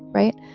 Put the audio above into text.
right.